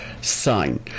sign